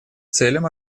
целям